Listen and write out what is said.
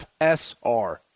FSR